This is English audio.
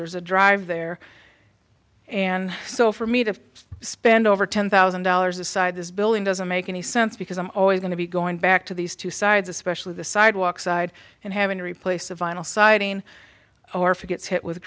there's a drive there and so for me to spend over ten thousand dollars aside this building doesn't make any sense because i'm always going to be going back to these two sides especially the sidewalk side and having to replace a vinyl siding or for gets hit with